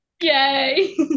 Yay